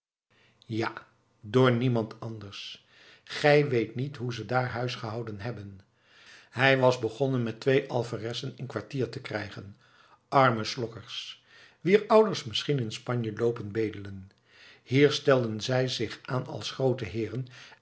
ja door niemand anders gij weet niet hoe ze daar huis gehouden hebben hij was begonnen met twee alferessen vaandrigs in kwartier te krijgen arme slokkerds wier ouders misschien in spanje loopen bedelen hier stelden zij zich aan als groote heeren